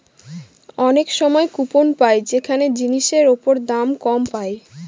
অনেক সময় কুপন পাই যেখানে জিনিসের ওপর দাম কম পায়